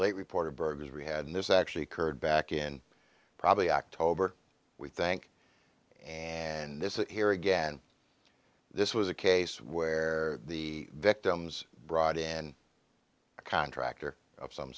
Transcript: late reporter burgers we had and this actually occurred back in probably october we think and this is here again this was a case where the victims brought in a contractor of some